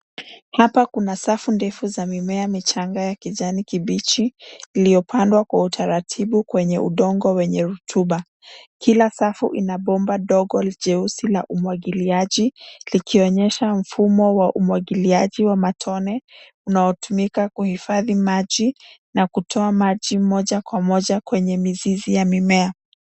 Hapa kuna safu ndefu za mimea michanga ya kijani kibichi ilyopandwa kwa utaratibu kwenye udongo wenye rotuba. Kila safu ina bomba dogo jeusi la umwagiliaji likionyesha mfumo wa umwagiliaji wa matone, unaotumika kuhifadhi maji na kutoa maji moja kwa moja kwenye mizizi ya mimea.